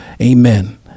amen